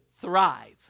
thrive